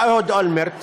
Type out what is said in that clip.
היה אהוד אולמרט,